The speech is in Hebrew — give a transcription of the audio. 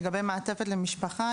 לגבי מעטפת למשפחה,